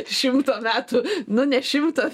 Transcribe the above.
šimto metų nu ne šimto